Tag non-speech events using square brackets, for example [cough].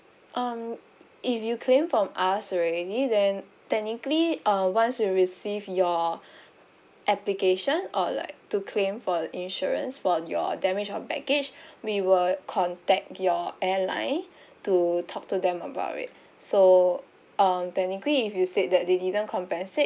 um if you claim from us already then technically uh once you receive your [breath] application or like to claim for the insurance for your damage of baggage [breath] we will contact your airline to talk to them about it so uh technically if you said that they didn't compensate